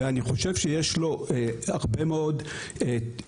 ואני חושב שיש לו הרבה מאוד עתיד.